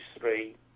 three